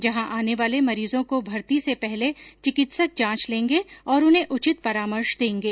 जहां आने वाले मरीजों को भर्ती से पहले चिकित्सक जांच लेंगे और उन्हें उचित परामर्श देगें